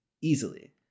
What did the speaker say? easily